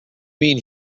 mean